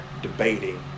debating